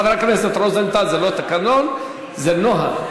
חבר הכנסת רוזנטל, זה לא תקנון, זה נוהל.